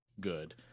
good